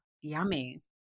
yummy